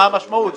מה המשמעות?